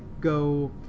go